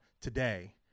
today